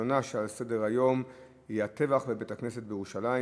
הראשונה לסדר-היום היא בנושא: הטבח בבית-כנסת בירושלים,